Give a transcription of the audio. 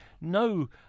no